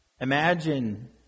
Imagine